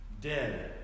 dead